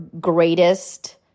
greatest